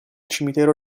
cimitero